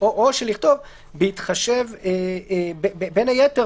יחד עם הנאמן,